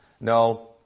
No